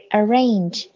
arrange 。